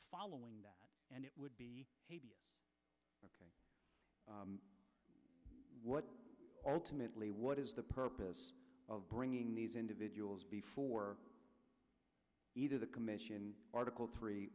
following that and it would be what ultimately what is the purpose of bringing these individuals before either the commission article three